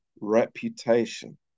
reputation